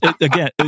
again